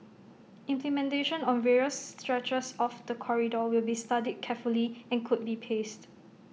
implementation on various stretches of the corridor will be studied carefully and could be paced